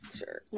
sure